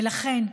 ולכן,